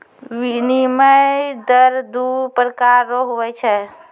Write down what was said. विनिमय दर दू प्रकार रो हुवै छै